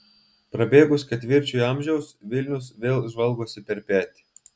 prabėgus ketvirčiui amžiaus vilnius vėl žvalgosi per petį